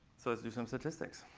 so let's do some statistics.